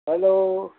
hello